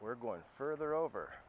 we're going further over